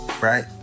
right